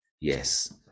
Yes